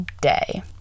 day